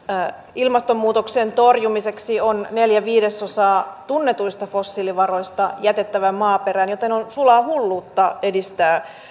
ilmastonmuutoksen torjumiseksi on neljä viidesosaa tunnetuista fossiilivaroista jätettävä maaperään joten on sulaa hulluutta edistää